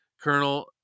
Colonel